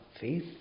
faith